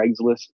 Craigslist